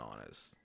honest